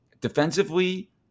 Defensively